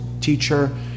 teacher